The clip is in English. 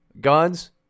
Guns